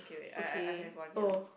I I I have one here